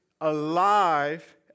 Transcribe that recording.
alive